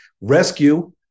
rescue